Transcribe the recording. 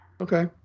okay